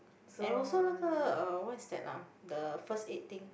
and also 那个 uh what is that ah the first aid thing